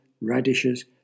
radishes